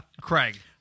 Craig